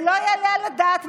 זה לא יעלה על הדעת,